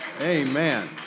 Amen